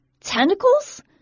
tentacles